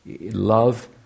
Love